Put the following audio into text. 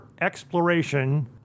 exploration